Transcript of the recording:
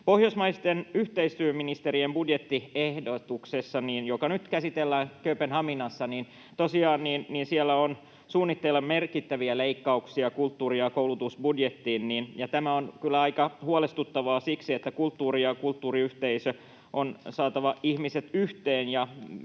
Pohjoismaisten yhteistyöministerien budjettiehdotuksessa, joka nyt käsitellään Kööpenhaminassa, on tosiaan suunnitteilla merkittäviä leikkauksia kulttuuri- ja koulutusbudjettiin, ja tämä on kyllä aika huolestuttavaa siksi, että kulttuurin ja kulttuuriyhteisön on saatava ihmiset yhteen